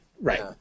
Right